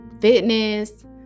fitness